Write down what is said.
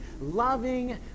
loving